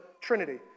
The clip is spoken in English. Trinity